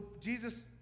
Jesus